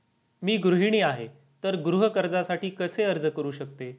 मी गृहिणी आहे तर गृह कर्जासाठी कसे अर्ज करू शकते?